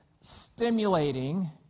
stimulating